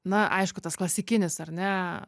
na aišku tas klasikinis ar ne